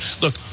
Look